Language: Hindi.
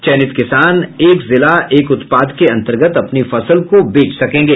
चयनित किसान एक जिला एक उत्पाद के अन्तर्गत अपने फसल को बेच सकेंगे